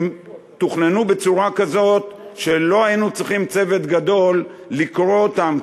הם תוכננו בצורה כזאת שלא היינו צריכים צוות גדול לקרוא אותם,